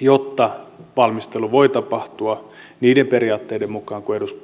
jotta valmistelu voi tapahtua niiden periaatteiden mukaan